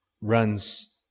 runs